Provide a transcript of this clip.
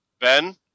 Ben